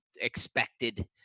expected